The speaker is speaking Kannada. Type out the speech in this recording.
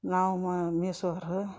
ನಾವು ಮೇಯ್ಸೋರ